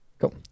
cool